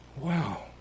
Wow